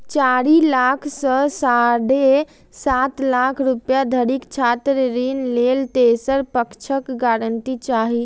चारि लाख सं साढ़े सात लाख रुपैया धरिक छात्र ऋण लेल तेसर पक्षक गारंटी चाही